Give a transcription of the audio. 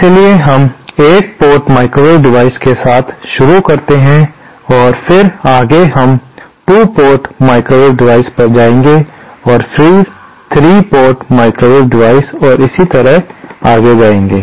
इसलिए हम 1 port microwave device के साथ शुरू करते हैं और फिर आगे हम 2 पोर्ट माइक्रोवेव डिवाइस पर जाएंगे फिर 3 कोट माइक्रोवेव डिवाइस और इसी तरह आगे जाएंगे